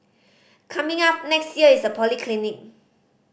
coming up next year is a polyclinic